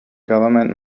government